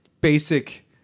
basic